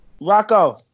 Rocco